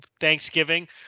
Thanksgiving